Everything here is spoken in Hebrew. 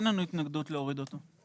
אין לנו התנגדות להוריד אותו.